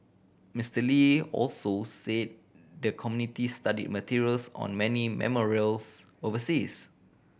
Mister Lee also say the committee study materials on many memorials overseas